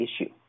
issue